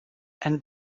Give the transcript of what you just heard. and